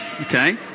okay